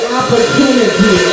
opportunity